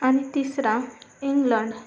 आणि तिसरा इंग्लंड